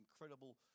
incredible